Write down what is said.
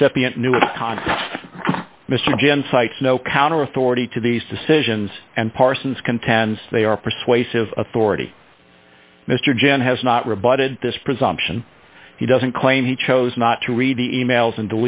recipient knew of contact mr jen cites no counter authority to these decisions and parsons contends they are persuasive authority mr jim has not rebutted this presumption he doesn't claim he chose not to read the emails and